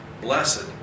Blessed